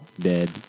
dead